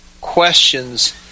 questions